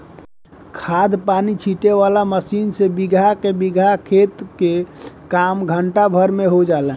खाद पानी छीटे वाला मशीन से बीगहा के बीगहा खेत के काम घंटा भर में हो जाला